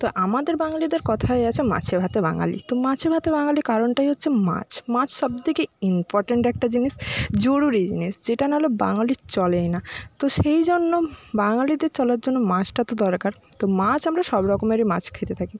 তো আমাদের বাঙালিদের কথাই আছে মাছে ভাতে বাঙালি তো মাছে ভাতে বাঙালি কারণটাই হচ্ছে মাছ মাছ শব্দ থেকে ইম্পর্ট্যান্ট একটা জিনিস জরুরি জিনিস যেটা না হলে বাঙালির চলেই না তো সেই জন্য বাঙালিদের চলার জন্য মাছটা তো দরকার তো মাছ আমরা সব রকমেরই মাছ খেতে থাকি